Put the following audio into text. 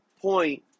point